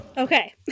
Okay